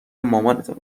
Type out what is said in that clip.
مامانتو